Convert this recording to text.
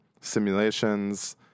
simulations